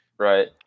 Right